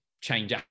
change